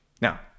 Now